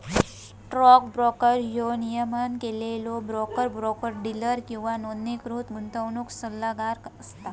stock broker ह्यो नियमन केलेलो ब्रोकर, ब्रोकर डीलर किंवा नोंदणीकृत गुंतवणूक सल्लागार असता